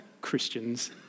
Christians